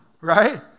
right